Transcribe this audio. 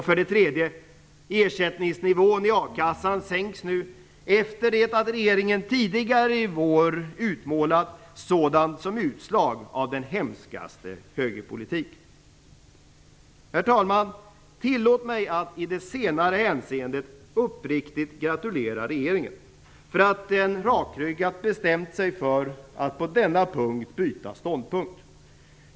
För det tredje sänks ersättningsnivån i a-kassan, efter det att regeringen tidigare i vår utmålat sådant som utslag av den hemskaste högerpolitik. Herr talman! Tillåt mig att i det senare hänseendet uppriktigt gratulera regeringen för att den rakryggat bestämt sig för att på denna punkt byta ståndpunkt.